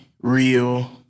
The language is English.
real